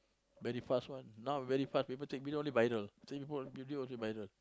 very fast one now very fast people take video only viral take people video also viral